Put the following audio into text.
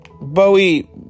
Bowie